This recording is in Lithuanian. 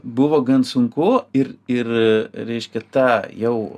buvo gan sunku ir ir reiškia ta jau